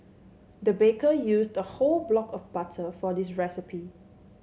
the baker used a whole block of butter for this recipe